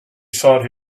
sought